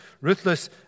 ruthless